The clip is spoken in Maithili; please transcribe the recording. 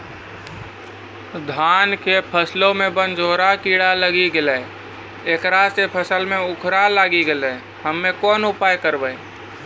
धान के फसलो मे बनझोरा कीड़ा लागी गैलै ऐकरा से फसल मे उखरा लागी गैलै हम्मे कोन उपाय करबै?